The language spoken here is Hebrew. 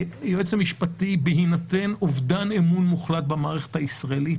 היועץ המשפטי בהינתן אובדן אמון מוחלט במערכת הישראלית,